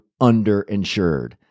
underinsured